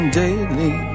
daily